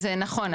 זה נכון,